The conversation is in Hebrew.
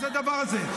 מה זה הדבר הזה?